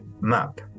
map